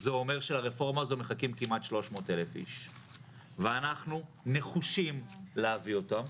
זה אומר שלרפורמה הזו מחכים כמעט 300,000. אנחנו נחושים להביא אותה.